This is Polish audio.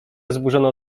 zburzono